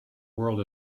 world